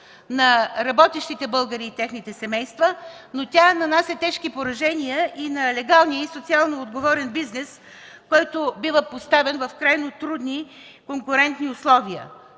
на работещите българи и техните семейства, но тя нанася тежки поражения и на легалния и социално отговорен бизнес, който бива поставен в крайно трудни конкурентни условия.